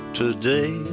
today